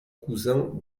cousin